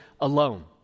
alone